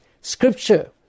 Scripture